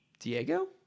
Diego